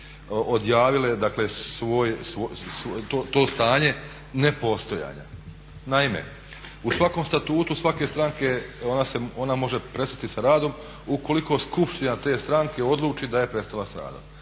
odjavile to stanje nepostojanja. Naime, u svakom statutu svake stranke ona može prestati sa radom ukoliko skupština te stranke odluči da je prestala s radom.